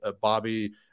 Bobby